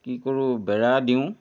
কি কৰোঁ বেৰা দিওঁ